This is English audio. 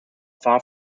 far